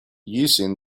using